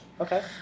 Okay